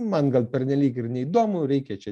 man gal pernelyg ir neįdomu reikia čia